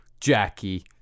Jackie